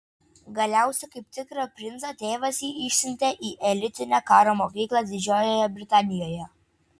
galiausiai kaip tikrą princą tėvas jį išsiuntė į elitinę karo mokyklą didžiojoje britanijoje